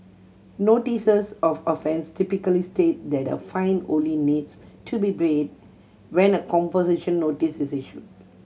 notices of offence typically state that a fine only needs to be paid when a composition notice is issued